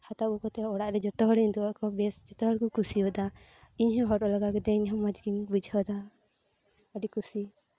ᱦᱟᱛᱟᱣ ᱟᱹᱜᱩ ᱠᱟᱛᱮᱜ ᱦᱚ ᱚᱲᱟᱜ ᱨᱮ ᱡᱚᱛᱚ ᱦᱚᱲᱤᱧ ᱩᱫᱩ ᱟᱫ ᱠᱚᱣᱟ ᱵᱮᱥ ᱡᱚᱛᱚ ᱦᱚᱲᱠᱚ ᱠᱩᱥᱤ ᱟᱫᱟ ᱤᱧᱦᱚ ᱦᱚᱨᱚᱜ ᱞᱮᱜᱟ ᱠᱟᱛᱮᱫ ᱤᱧᱦᱚ ᱢᱚᱸᱡᱽᱜᱤᱧ ᱵᱩᱡᱷᱟᱹᱣ ᱮᱫᱟ ᱟᱹᱰᱤ ᱠᱩᱥᱤ